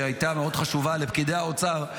שהייתה מאוד חשובה לפקידי האוצר,